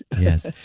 Yes